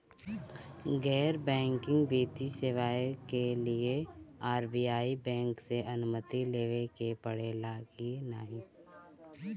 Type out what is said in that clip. गैर बैंकिंग वित्तीय सेवाएं के लिए आर.बी.आई बैंक से अनुमती लेवे के पड़े ला की नाहीं?